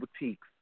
boutiques